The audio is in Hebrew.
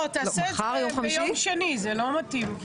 לא, תעשה את זה ביום שני, זה לא מתאים.